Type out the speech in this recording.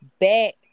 back